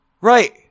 Right